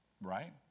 right